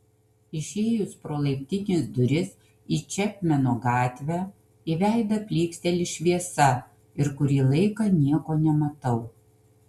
išėjus pro laiptinės duris į čepmeno gatvę į veidą plyksteli šviesa ir kurį laiką nieko nematau